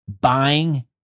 buying